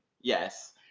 yes